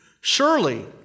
Surely